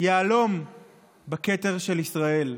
יהלום בכתר של ישראל,